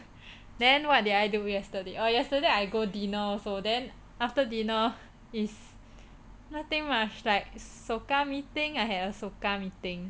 then what did I do yesterday uh yesterday I go dinner also then after dinner is nothing much like SOCA meeting I had a SOCA meeting